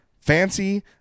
fancy